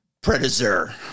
Predator